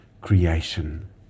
creation